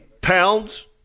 pounds